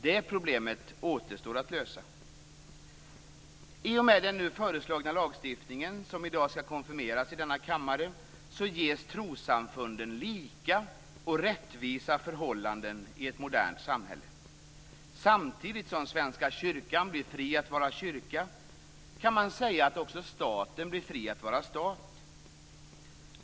Det problemet återstår att lösa. I och med den nu föreslagna lagstiftningen, som i dag skall konfirmeras i denna kammare, ges trossamfunden lika och rättvisa förhållanden i ett modernt samhälle. Samtidigt som Svenska kyrkan blir fri att vara kyrka kan man säga att också staten blir fri att vara stat.